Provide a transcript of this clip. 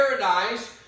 paradise